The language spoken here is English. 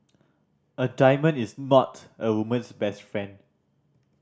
a diamond is mat a woman's best friend